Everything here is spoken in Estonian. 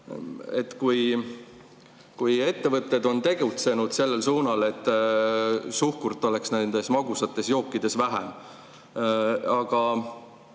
et ettevõtted on tegutsenud sellel suunal, et suhkrut oleks nendes magusates jookides vähem, aga